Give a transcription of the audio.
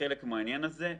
חלק מהעניין הזה.